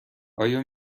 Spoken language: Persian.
آیا